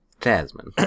Jasmine